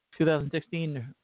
2016